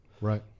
Right